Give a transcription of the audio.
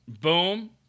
boom